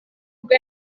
ubwo